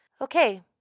okay